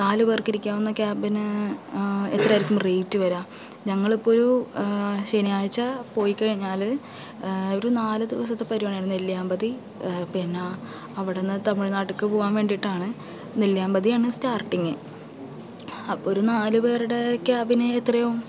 നാലു പേർക്കിരിക്കാവുന്ന ക്യാമ്പിന് എത്രയായിരിക്കും റേറ്റ് വരിക ഞങ്ങളിപ്പോൾ ഒരു ശനിയാഴ്ച പോയി കഴിഞ്ഞാൽ ഒരു നാലു ദിവസത്തെ പരിപാടിയാണ് നെല്ലിയാമ്പതി പിന്നെ അവിടെ നിന്ന് തമിഴ്നാട്ടിലേക്ക് പോകാൻ വേണ്ടിയിട്ടാണ് നെല്ലിയാമ്പതി ആണ് സ്റ്റാർട്ടിങ്ങ് അപ്പോൾ ഒരു നാലു പേരുടെ ക്യാമ്പിന് എത്രയാവും